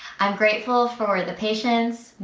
i'm grateful for the patients,